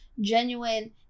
genuine